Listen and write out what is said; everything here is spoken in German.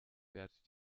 fährt